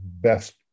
best